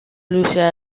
luzea